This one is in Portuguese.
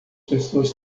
pessoas